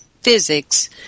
Physics